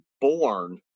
born